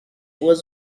was